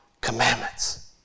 commandments